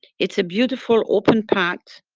it's a beautiful open path,